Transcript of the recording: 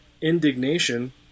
Indignation